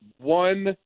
one